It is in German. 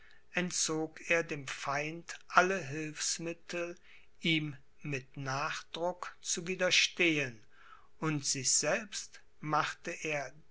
entzog er dem feind alle hilfsmittel ihm mit nachdruck zu widerstehen und sich selbst machte er